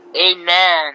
Amen